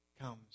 comes